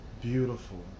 beautiful